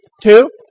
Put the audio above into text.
Two